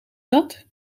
zat